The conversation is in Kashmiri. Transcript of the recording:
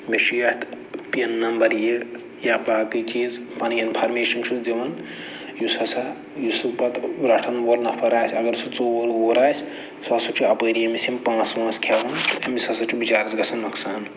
مےٚ چھِ یَتھ پِن نمبر یہِ یا باقٕے چیٖز پَنٕنۍ اِنفارمیشَن چھُس دِوان یُس ہسا یُس سُہ پَتہٕ رَٹَن وول نفر آسہِ اَگر سُہ ژوٗر ووٗر آسہِ سُہ ہسا چھُ اَپٲری ییٚمِس یِم پونٛسہٕ وونٛسہٕ کھٮ۪وان أمِس ہسا چھُ بِچارَس گژھان نۄقصان